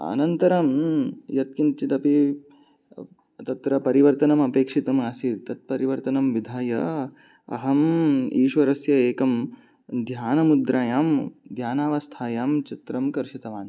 अनन्तरं यत्किञ्चिदपि तत्र परिवर्तनम् अपेक्षितमासीत् तत्परिवर्तनं विधाय अहम् ईश्वरस्य एकं ध्यानमुद्रायां ध्यानावस्थायां चित्रं कर्षितवान्